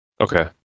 Okay